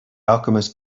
alchemist